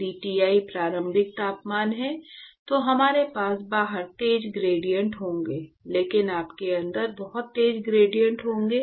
यदि Ti प्रारंभिक तापमान है तो हमारे पास बाहर तेज ग्रेडिएंट होंगे लेकिन आपके अंदर बहुत तेज ग्रेडिएंट होंगे